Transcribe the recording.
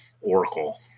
Oracle